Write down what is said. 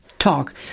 talk